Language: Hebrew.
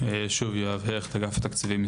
אני